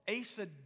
Asa